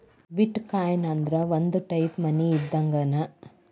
ಬಿಟ್ coin ಅಂದ್ರ ಒಂದ type money ಇದ್ದಂಗ್ಗೆನ್